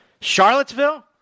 Charlottesville